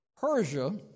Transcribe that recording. Persia